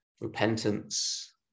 repentance